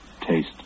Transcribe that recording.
taste